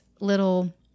little